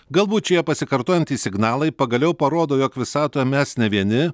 galbūt šie pasikartojantys signalai pagaliau parodo jog visatoje mes ne vieni